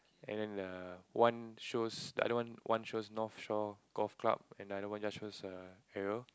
and then err one shows the other one one shows North Shore Golf Club another one just show err Aerial